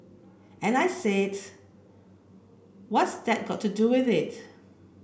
and I said what's that got to do with it